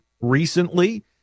recently